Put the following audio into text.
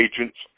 agents